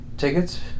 tickets